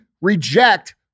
reject